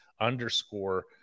Underscore